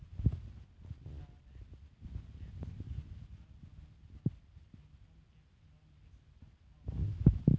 direct tax के भीतर हमन ह इनकम टेक्स ल ले सकत हवँन